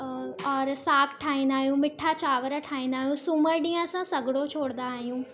अ और असां सागु ठाहींदा आहियूं मिठा चांवरु ठाहींदा आहियूं सूमरु ॾींहुं असां सॻड़ो छोड़ींदा आहियूं